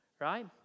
right